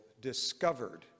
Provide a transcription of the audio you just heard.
discovered